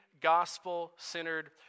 gospel-centered